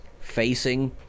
facing